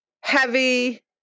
heavy